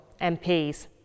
MPs